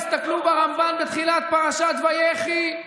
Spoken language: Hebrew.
תסתכלו ברמב"ן, בתחילת פרשת ויחי.